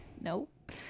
Nope